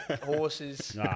horses